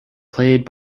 played